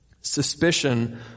Suspicion